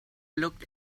looked